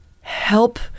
help